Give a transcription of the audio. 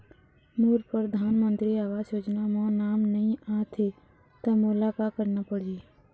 मोर परधानमंतरी आवास योजना म नाम नई आत हे त मोला का करना पड़ही?